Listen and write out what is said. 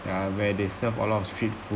ya where they served a lot of street